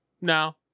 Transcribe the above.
No